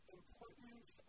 importance